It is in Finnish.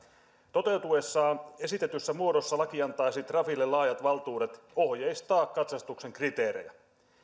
toteutuessaan esitetyssä muodossa laki antaisi trafille laajat valtuudet ohjeistaa katsastuksen kriteerejä